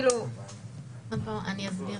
אני אסביר.